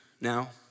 now